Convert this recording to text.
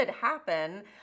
happen